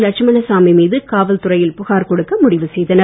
லட்சுமணசாமி மீது காவல்துறையில் புகார் கொடுக்க முடிவு செய்தனர்